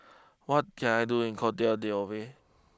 what can I do in Cote D'Ivoire